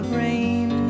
rain